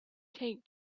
take